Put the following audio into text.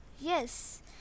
Yes